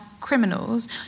criminals